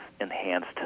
enhanced